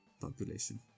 population